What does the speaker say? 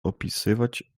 opisywać